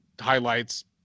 highlights